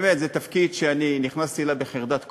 באמת, זה תפקיד שאני נכנסתי אליו בחרדת קודש.